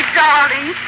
darling